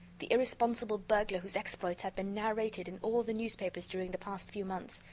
the irresponsible burglar whose exploits had been narrated in all the newspapers during the past few months!